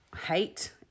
hate